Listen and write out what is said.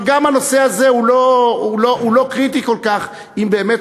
אבל גם הנושא הזה הוא לא קריטי כל כך אם באמת